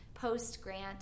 Post-grant